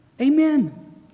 Amen